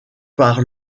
par